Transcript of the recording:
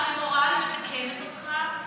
אני מתקנת אותך: